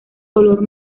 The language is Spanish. color